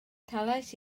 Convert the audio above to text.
talais